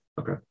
Okay